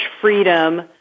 freedom